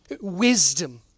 wisdom